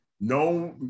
No